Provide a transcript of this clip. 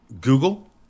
google